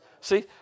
See